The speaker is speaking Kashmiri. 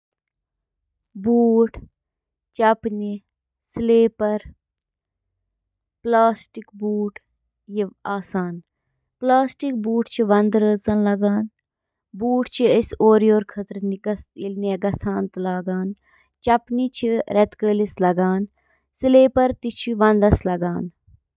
ہیئر ڈرائر، چُھ اکھ الیکٹرو مکینیکل آلہ یُس نم مَس پیٹھ محیط یا گرم ہوا چُھ وایان تاکہِ مَس خۄشٕک کرنہٕ خٲطرٕ چُھ آبُک بخارات تیز گژھان۔ ڈرائر چِھ پرتھ سٹرینڈ اندر عارضی ہائیڈروجن بانڈن ہنٛز تشکیل تیز تہٕ کنٹرول کرتھ، مس ہنٛز شکل تہٕ اندازس پیٹھ بہتر کنٹرولس قٲبل بناوان۔